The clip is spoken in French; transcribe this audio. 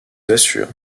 assure